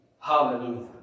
Hallelujah